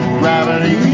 gravity